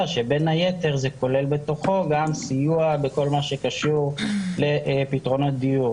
שבין היתר זה כולל בתוכו גם סיוע בכל מה שקשור לפתרונות דיור.